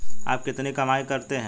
आप कितनी कमाई करते हैं?